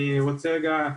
אני רוצה רגע להגיד.